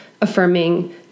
affirming